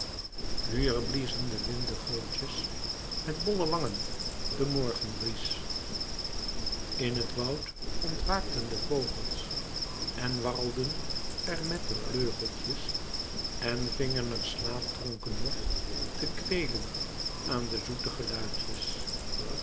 nu er bliezen de windegoodjes met bolle wangen den morgenbries in het woud ontwaakten de vogels en warrelden er met de vleugeltjes en vingen er slaapdronken nog te kweelen aan de zoete geluidjes